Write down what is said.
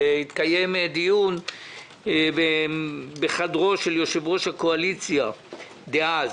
והתקיים דיון בחדרו של יושב-ראש הקואליציה דאז,